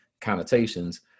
connotations